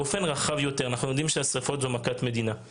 באופן רחב יותר אנחנו יודעים ששריפות הן מכת מדינה.